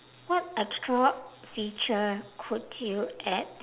what extra feature could you add